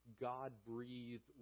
God-breathed